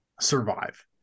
survive